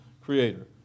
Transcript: creator